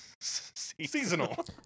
Seasonal